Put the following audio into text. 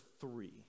three